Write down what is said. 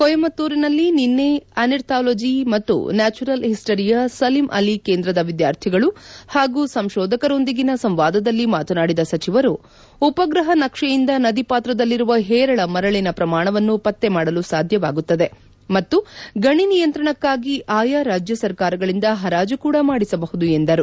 ಕೊಯಮತ್ತೂರಿನಲ್ಲಿ ನಿನ್ನೆ ಆರ್ನಿಥಾಲೋಜಿ ಮತ್ತು ನ್ಯಾಚುರಲ್ ಹಿಸ್ವರಿಯ ಸಲಿಂ ಅಲಿ ಕೇಂದ್ರದ ವಿದ್ಯಾರ್ಥಿಗಳು ಮತ್ತು ಸಂಶೋಧಕರೊಂದಿಗಿನ ಸಂವಾದದಲ್ಲಿ ಮಾತನಾಡಿದ ಸಚಿವರು ಉಪಗ್ರಹ ನಕ್ಷೆಯಿಂದ ನದಿ ಪಾತ್ರದಲ್ಲಿರುವ ಹೇರಳ ಮರಳಿನ ಪ್ರಮಾಣವನ್ನು ಪತ್ತೆ ಮಾಡಲು ಸಾಧ್ಯವಾಗುತ್ತದೆ ಮತ್ತು ಗಣಿ ನಿಯಂತ್ರಣಕ್ಕಾಗಿ ಆಯಾ ರಾಜ್ಯ ಸರ್ಕಾರಗಳಿಂದ ಹರಾಜು ಕೂಡ ಮಾಡಿಸಬಹುದು ಎಂದರು